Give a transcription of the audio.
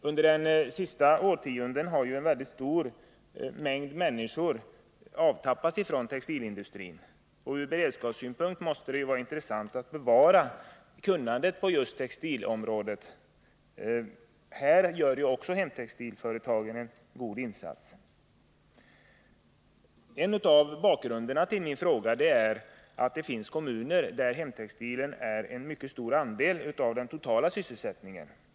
Under de senaste årtiondena har ju textilindustrin avtappats på en stor mängd människor. Från beredskapssynpunkt måste det dock vara värdefullt att bevara kunnandet på just textilområdet. Även härvidlag gör hemtextilföretagen en god insats. En av anledningarna till min fråga är att det finns kommuner där hemtextilen utgör en mycket stor andel av den totala sysselsättningen.